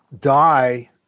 die